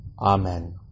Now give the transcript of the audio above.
Amen